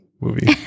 movie